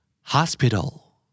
Hospital